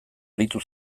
aritu